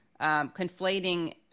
conflating